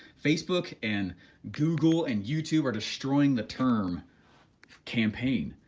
facebook and google and youtube are destroying the term campaign.